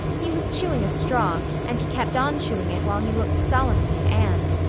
he was chewing a straw and he kept on chewing it while he looked solemnly at anne.